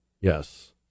Yes